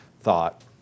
thought